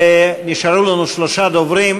ונשארו לנו שלושה דוברים.